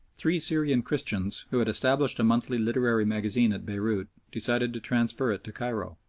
three syrian christians who had established a monthly literary magazine at beirout, decided to transfer it to cairo.